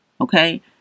Okay